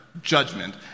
judgment